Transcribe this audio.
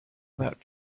about